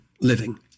living